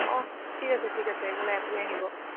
অঁ ঠিক আছে ঠিক আছে একো নাই আপুনি আহিব